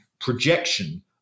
projection